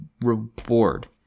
reward